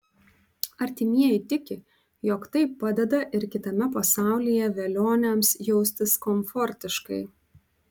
artimieji tiki jog tai padeda ir kitame pasaulyje velioniams jaustis komfortiškai